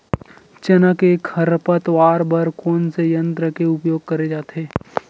चना के खरपतवार बर कोन से यंत्र के उपयोग करे जाथे?